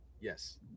yes